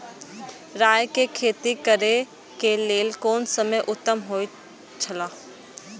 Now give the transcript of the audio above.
राय के खेती करे के लेल कोन समय उत्तम हुए छला?